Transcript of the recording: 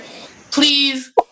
please